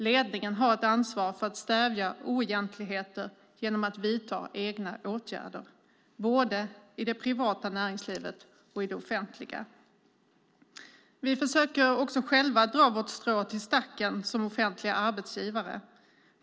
Ledningen har ett ansvar för att stävja oegentligheter genom att vidta egna åtgärder. Det gäller både i det privata näringslivet och i det offentliga. Vi försöker också själva som offentliga arbetsgivare dra vårt strå till stacken.